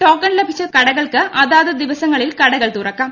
token ലഭിച്ച കടകൾക്ക് അത്യാത്ത് ദിവസങ്ങളിൽ കടകൾ തുറക്കാം